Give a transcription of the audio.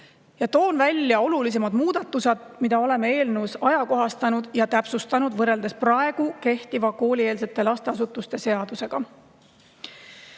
Toon välja olulisemad muudatused, mida oleme eelnõus ajakohastanud ja täpsustanud, võrreldes praegu kehtiva koolieelse lasteasutuse seadusega.